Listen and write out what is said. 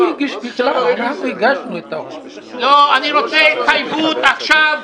--- לא, אני רוצה התחייבות עכשיו.